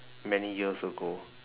many years ago